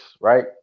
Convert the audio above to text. right